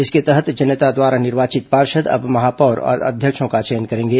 इसके तहत जनता द्वारा निर्वाचित पार्षद अब महापौर और अध्यक्षों का चयन करेंगे